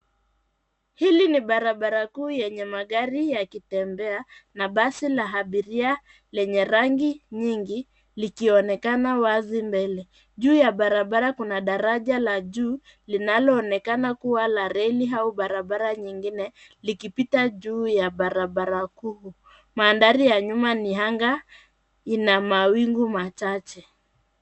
Hili ni barabara kuu yenye magari yakitembea na basi la abiria lenye rangi nyingi likionekana wazi mbele. Juu ya barabara kuna daraja la juu linalo onekana kuwa la reli au barabara nyingine likipita juu ya barabara kuu. Mandhari ya nyuma ni anga, ina mawingu machache.